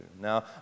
Now